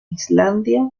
islandia